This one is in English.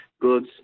goods